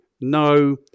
No